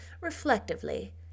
reflectively